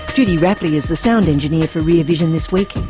judy rapley is the sound engineer for rear vision this week. and